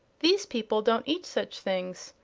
these people don't eat such things,